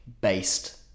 based